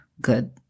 good